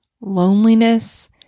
Loneliness